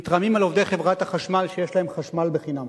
מתרעמים על עובדי חברת החשמל שיש להם חשמל בחינם.